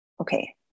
okay